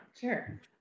sure